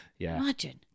Imagine